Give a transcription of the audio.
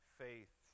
faith